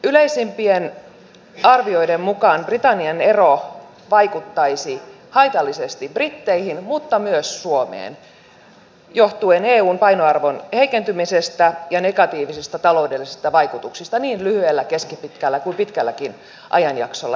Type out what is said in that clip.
yleisempien arvioiden mukaan britannian ero vaikuttaisi haitallisesti britteihin mutta myös suomeen johtuen eun painoarvon heikentymisestä ja negatiivisista taloudellisista vaikutuksista niin lyhyellä keskipitkällä kuin pitkälläkin ajanjaksolla